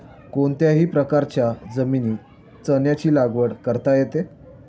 कोणत्याही प्रकारच्या जमिनीत चण्याची लागवड करता येते